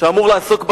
שאמור לעסוק בחינוך.